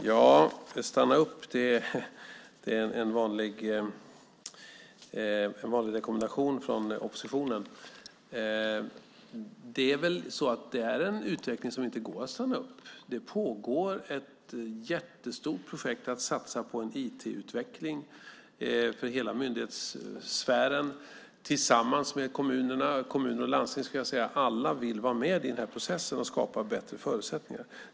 Herr talman! Att stanna upp är en vanlig rekommendation från oppositionen, men det är en utveckling som inte går att stanna upp. Det pågår ett jättestort projekt att satsa på en IT-utveckling för hela myndighetssfären tillsammans med kommuner och landsting. Alla vill vara med i denna process och skapa bättre förutsättningar.